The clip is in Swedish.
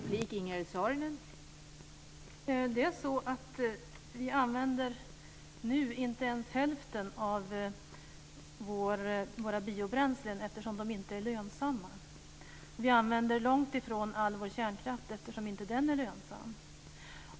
Fru talman! Vi använder nu inte ens hälften av våra biobränslen eftersom de inte är lönsamma. Vi använder långtifrån all vår kärnkraft eftersom den inte är lönsam.